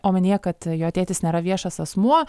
omenyje kad jo tėtis nėra viešas asmuo